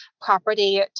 property